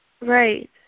Right